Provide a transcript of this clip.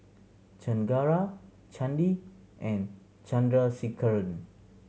Chengara Chandi and Chandrasekaran